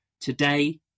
Today